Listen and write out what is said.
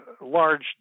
large